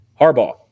Harbaugh